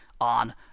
on